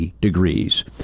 degrees